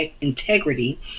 integrity